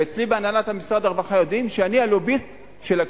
ואצלי בהנהלת משרד הרווחה יודעים שאני הלוביסט של הקשישים.